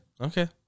Okay